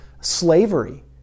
slavery